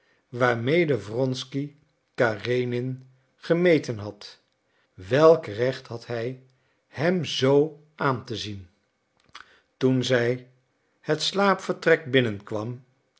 waarmede wronsky karenin gemeten had welk recht had hij hem zoo aan te zien toen zij het slaapvertrek binnen